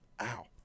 Ow